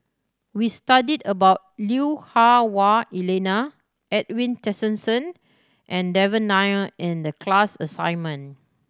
we studied about Lui Hah Wah Elena Edwin Tessensohn and Devan Nair in the class assignment